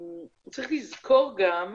צריך לזכור גם,